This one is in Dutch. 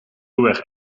ruwweg